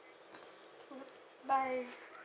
mm o~ bye